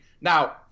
Now